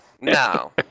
no